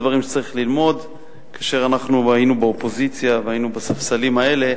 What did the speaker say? כאשר היינו באופוזיציה והיינו בספסלים האלה,